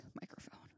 microphone